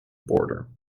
border